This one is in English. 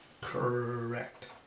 Correct